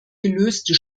gelöste